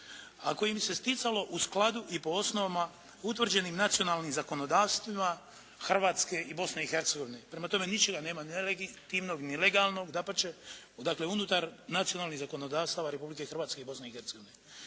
kojim bi se sticalo u skladu i po osnovama utvrđenim nacionalnim zakonodavstima Hrvatske i Bosne i Hercegovine. Prema tome ničega nema nelegitimnog ni legalnog. Dapače, dakle unutar nacionalnih zakonodavstava Republike Hrvatske i Bosne i Hercegovine.